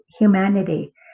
humanity